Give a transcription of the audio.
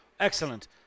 Excellent